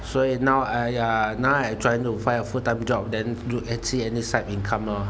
所以 now !aiya! now I trying to find a full time job then do then see any side income lor